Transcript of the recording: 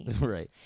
Right